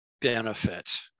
benefit